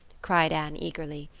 cried anne eagerly.